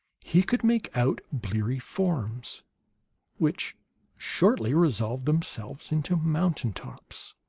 he could make out bleary forms which shortly resolved themselves into mountain tops.